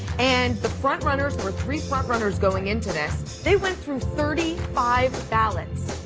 and the frontrunners, there were three frontrunners going into this, they went through thirty five ballots,